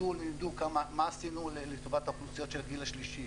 צאו ולמדו מה עשינו לטובת האוכלוסיות של הגיל השלישי.